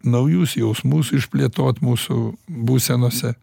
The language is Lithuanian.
naujus jausmus išplėtot mūsų būsenose